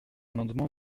amendement